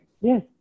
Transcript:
Yes